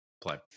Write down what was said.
play